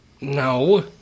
No